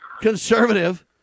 conservative